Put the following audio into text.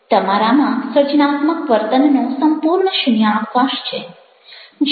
તમારામાં સર્જનાત્મક વર્તનનો સંપૂર્ણ શૂન્યાવકાશ છે